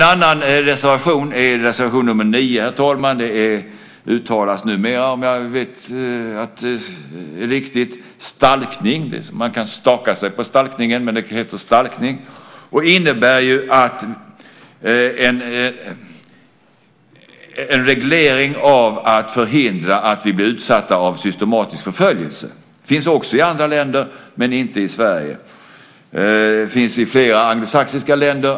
En annan reservation är reservation nr 9. Den handlar om stalkning. Den innebär en reglering som förhindrar att vi blir utsatta för systematisk förföljelse. Det finns också i andra länder men inte i Sverige. Det finns i flera anglosaxiska länder.